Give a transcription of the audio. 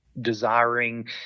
desiring